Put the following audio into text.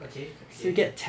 okay okay